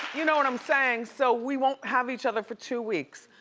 you know what i'm saying, so we won't have each other for two weeks.